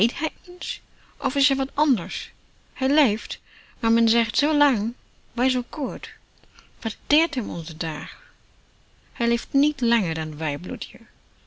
of is er wat anders hij leeft naar men zegt zoo lang wij zoo kort wat deert hem onze dag hij leeft nièt langer dan wij